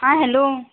आं हॅलो